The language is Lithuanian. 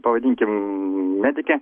pavadinkim medikė